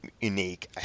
unique